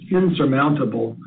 insurmountable